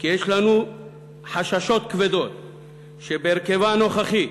כי יש לנו חששות כבדים שבהרכבה הנוכחי,